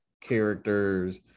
characters